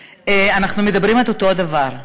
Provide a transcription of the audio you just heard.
אנחנו מדברים על אותו הדבר,